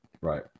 Right